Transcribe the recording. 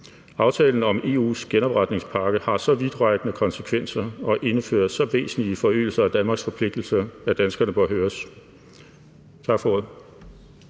Aftalen om EU's genopretningspakke har så vidtrækkende konsekvenser og indfører så væsentlige forøgelser af Danmarks forpligtelser, at danskerne bør høres. Tak for ordet.